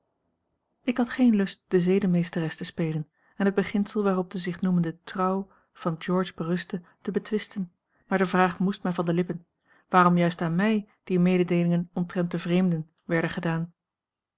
ik had geen lust de zedenmeesteres te spelen en het beginsel waarop de zich noemende trouw van george berustte te betwisten maar de vraag moest mij van de lippen waarom juist aan mij die mededeelingen omtrent den vreemden werden gedaan